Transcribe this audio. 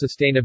sustainability